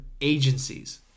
agencies